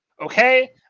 okay